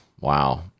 wow